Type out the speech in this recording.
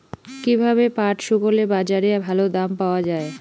কীভাবে পাট শুকোলে বাজারে ভালো দাম পাওয়া য়ায়?